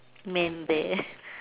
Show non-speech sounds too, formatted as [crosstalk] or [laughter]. man there [laughs]